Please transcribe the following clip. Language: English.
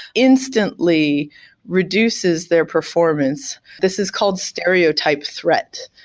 instantly reduces their performance. this is called stereotype threat,